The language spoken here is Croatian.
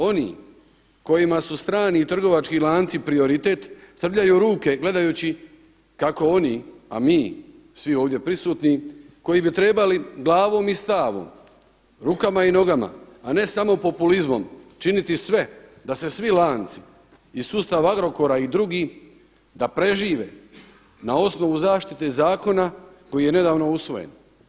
Oni kojima su strani trgovački lanci prioritet trljaju ruke gledajući kako oni a mi svi ovdje prisutni koji bi trebali glavom i stavom, rukama i nogama a ne samo populizmom činiti sve da se svi lanci i sustav Agrokora i drugi da prežive na osnovu zaštite zakona koji je nedavno usvojen.